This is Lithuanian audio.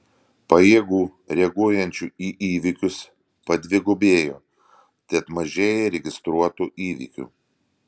pajėgų reaguojančių į įvykius padvigubėjo tad mažėja registruotų įvykių